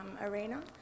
arena